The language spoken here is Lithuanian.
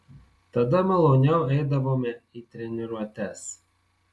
tada maloniau eidavome į treniruotes